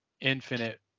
infinite